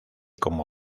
como